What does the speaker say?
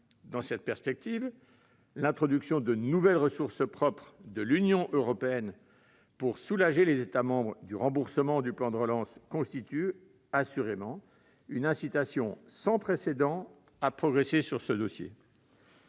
Dans cette perspective, l'introduction de nouvelles ressources propres de l'Union européenne pour soulager les États membres du remboursement du plan de relance constitue assurément une incitation sans précédent à progresser sur ce dossier.